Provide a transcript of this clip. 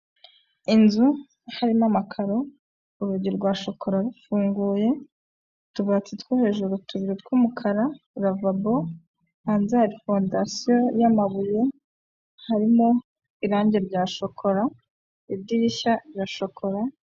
Inzu harimo amakaro, urugi rwa shokora rufunguye, utubati two hejuru tubiri tw'umukara, lavabo, hanze hari fondasiyo y'amabuye, harimo irangi rya shokora, idirishya rya shokora.